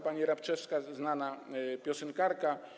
Pani Rabczewska to znana piosenkarka.